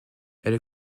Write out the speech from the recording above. elle